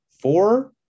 four